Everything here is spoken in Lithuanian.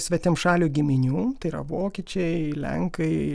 svetimšalių giminių tai yra vokiečiai lenkai